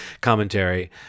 commentary